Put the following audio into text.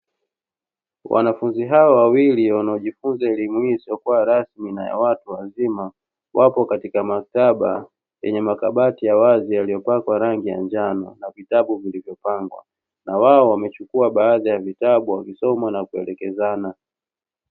Wanafunzi hawa wawili wanaojifunza elimu hii isiyokuwa rasmi na ya watu wazima, wapo katika maktaba yenye makabati ya wazi yaliyopakwa rangi ya njano na vitabu vilivyopangwa; na wao wamechukua baadhi ya vitabu wakisoma na kuelekezana.